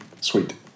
Sweet